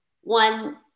one